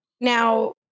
now